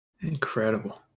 Incredible